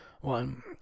one